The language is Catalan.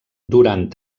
durant